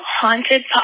Haunted